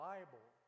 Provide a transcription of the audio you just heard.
Bible